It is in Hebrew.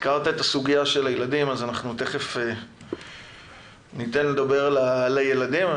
הזכרת את סוגיית הילדים אז תיכף ניתן לילדים לדבר.